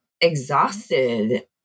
exhausted